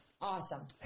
Awesome